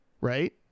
right